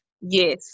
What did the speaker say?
yes